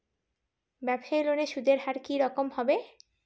ব্যবসায়ী লোনে সুদের হার কি রকম হবে?